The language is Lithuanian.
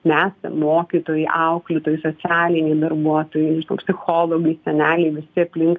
mes mokytojai auklėtojai socialiniai darbuotojai psichologai seneliai visi aplink